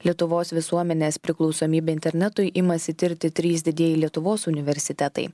lietuvos visuomenės priklausomybę internetui imasi tirti trys didieji lietuvos universitetai